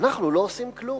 אנחנו לא עושים כלום.